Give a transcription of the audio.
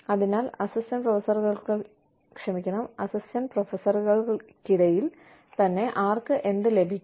അതിനാൽ അസിസ്റ്റന്റ് പ്രൊഫസർക്കിടയിൽ തന്നെ ആർക്ക് എന്ത് ലഭിക്കും